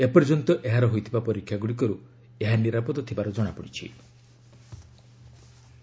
ଏ ପର୍ଯ୍ୟନ୍ତ ଏହାର ହୋଇଥିବା ପରୀକ୍ଷାଗୁଡ଼ିକରୁ ଏହା ନିରାପଦ ଥିବାର ଜଣାପଡ଼ିଚ୍ଚି